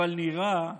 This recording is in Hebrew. אבל נראה שהיום,